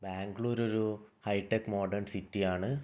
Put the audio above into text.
ബാംഗ്ലൂരൊരു hi-tech modern സിറ്റിയാണ്